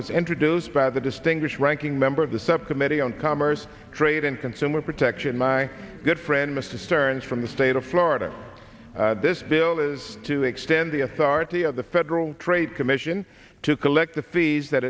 was introduced by the distinguished ranking member of the subcommittee on commerce trade and consumer protection my good friend mr sterns from the state of florida this bill is to extend the authority of the federal trade commission to collect the fees that